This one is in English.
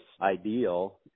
ideal